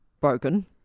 broken